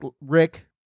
Rick